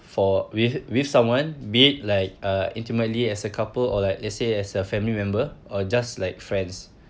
for with with someone be it like uh intimately as a couple or like let's say as a family member or just like friends